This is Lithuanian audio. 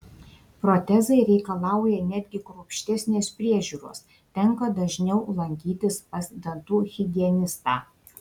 protezai reikalauja netgi kruopštesnės priežiūros tenka dažniau lankytis pas dantų higienistą